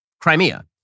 Crimea